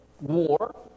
war